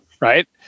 right